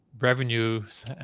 revenues